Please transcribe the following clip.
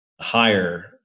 higher